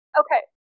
okay